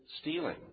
stealing